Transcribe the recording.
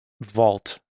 vault